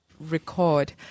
record